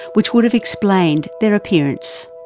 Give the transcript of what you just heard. which would have explained their appearance.